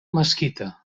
mesquita